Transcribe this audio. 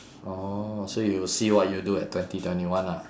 oh so you'll see what you do at twenty twenty one ah